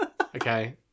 Okay